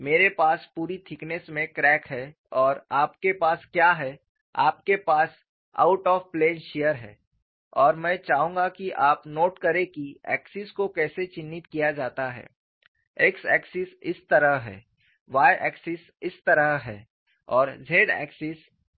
मेरे पास पूरी थिकनेस में क्रैक है और आपके पास क्या है आपके पास आउट ऑफ़ प्लेन शियर है और मैं चाहूंगा कि आप नोट करें कि एक्सिस को कैसे चिह्नित किया जाता है x एक्सिस इस तरह है y एक्सिस इस तरह है और z एक्सिस प्लेट परपेंडिकुलर है